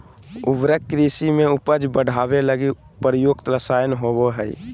उर्वरक कृषि में उपज बढ़ावे लगी प्रयुक्त रसायन होबो हइ